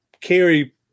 carry